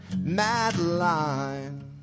Madeline